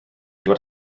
dŵad